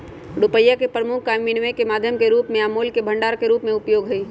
रुपइया के प्रमुख काम विनिमय के माध्यम के रूप में आ मोल के भंडार के रूप में उपयोग हइ